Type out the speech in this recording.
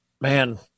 Man